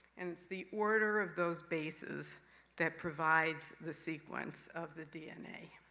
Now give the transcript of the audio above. and it's the order of those bases that provides the sequence of the dna.